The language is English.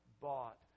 bought